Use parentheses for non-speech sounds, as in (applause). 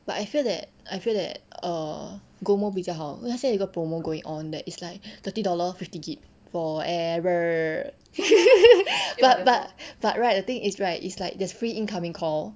but I feel that I feel that err gomo 比较好因为它现在又一个 promo going on that is like thirty dollar fifty gib forever (laughs) but but the thing is right is like there's free incoming call